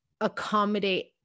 accommodate